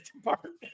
department